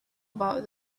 about